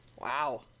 Wow